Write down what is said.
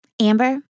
Amber